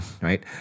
right